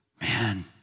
Man